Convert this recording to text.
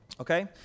okay